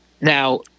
Now